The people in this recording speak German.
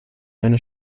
einer